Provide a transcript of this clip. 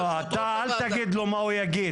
לא, אתה אל תגיד לו מה הוא יגיד.